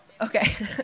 Okay